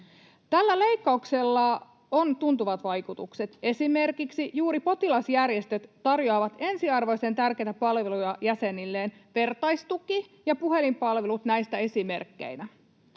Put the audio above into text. Tällä leikkauksella on tuntuvat vaikutukset. Esimerkiksi juuri potilasjärjestöt tarjoavat ensiarvoisen tärkeitä palveluja jäsenilleen — vertaistuki ja puhelinpalvelut näistä esimerkkeinä.